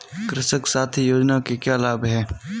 कृषक साथी योजना के क्या लाभ हैं?